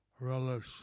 relish